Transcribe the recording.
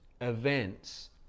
events